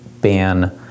ban